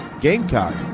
Gamecock